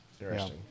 Interesting